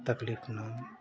तकलीफ़ न हो